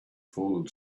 fallen